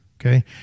Okay